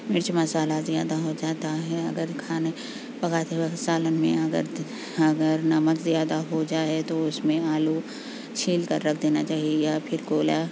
مرچ مصالحہ زیادہ ہو جاتا ہے اگر کھانے پکاتے وقت سالن میں اگر اگر نمک زیادہ ہو جائے تو اس میں آلو چھیل کر رکھ دینا چاہیے یا پھر کوئلہ